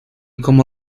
como